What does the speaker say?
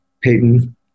Peyton